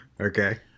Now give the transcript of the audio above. Okay